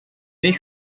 beş